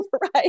right